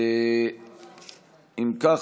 אם כך,